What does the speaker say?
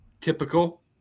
typical